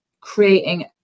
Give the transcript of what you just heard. creating